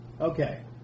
Okay